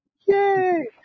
yay